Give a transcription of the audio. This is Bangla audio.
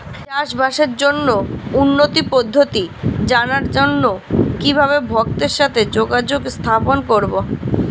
চাষবাসের জন্য উন্নতি পদ্ধতি জানার জন্য কিভাবে ভক্তের সাথে যোগাযোগ স্থাপন করব?